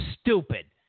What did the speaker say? stupid